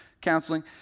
counseling